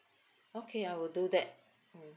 okay I will do that mm